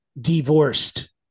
divorced